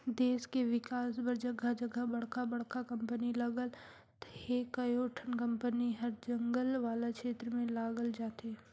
देस के बिकास बर जघा जघा बड़का बड़का कंपनी लगत हे, कयोठन कंपनी हर जंगल वाला छेत्र में लगाल जाथे